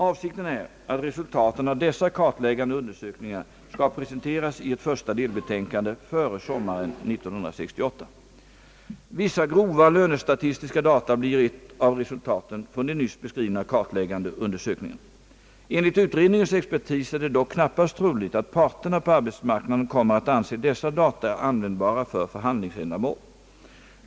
Avsikten är att resultaten av dessa kartläggande undersökningar skall presenteras i ett första delbetänkande före sommaren 1968. Vissa grova lönestatistiska data blir ett av resultaten från de nyss beskrivna kartläggande undersökningarna. Enligt utredningens expertis är det dock knappast troligt att parterna på arbetsmarknaden kommer att anse dessa data användbara för förhandlingsändamål.